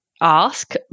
ask